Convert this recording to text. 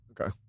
okay